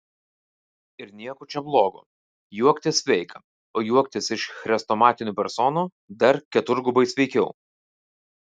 ir nieko čia blogo juoktis sveika o juoktis iš chrestomatinių personų dar keturgubai sveikiau